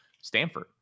Stanford